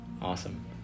Awesome